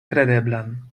kredeblan